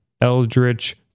Eldritch